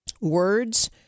words